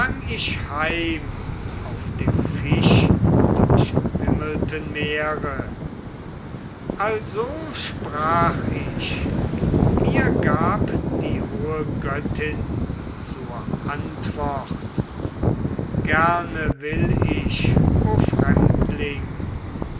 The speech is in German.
ich heim auf dem fischdurchwimmelten meere also sprach ich mir gab die hohe göttin zur antwort gerne will ich o fremdling